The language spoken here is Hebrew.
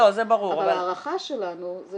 אבל הערכה שלנו זה